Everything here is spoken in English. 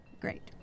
Great